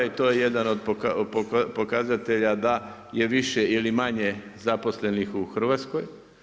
I to je jedan od pokazatelja da je više ili manje zaposlenih u Hrvatskoj.